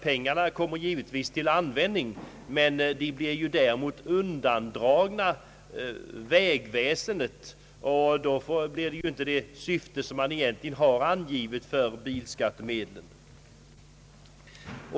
Pengarna kommer givetvis till användning, men vägväsendet får bara en del av dem. Syftet med bilskattemedlen blir därför inte tillgodosett.